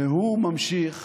והוא ממשיך